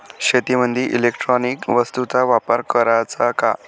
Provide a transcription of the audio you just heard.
शेतीमंदी इलेक्ट्रॉनिक वस्तूचा वापर कराचा का?